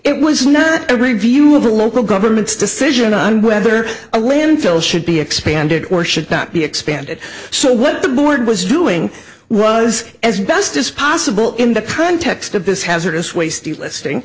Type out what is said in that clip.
it was not a review of the local government's decision on whether a landfill should be expanded or should not be expanded so what the board was doing was as best as possible in the context of this hazardous waste listing